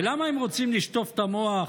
ולמה הם רוצים לשטוף את המוח,